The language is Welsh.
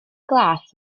glas